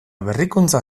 berrikuntza